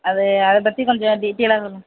அது அதைப் பற்றி கொஞ்சம் டீட்டெயிலாக சொல்லுங்கள்